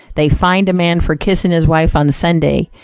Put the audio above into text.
they fined a man for kissing his wife on sunday.